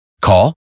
Call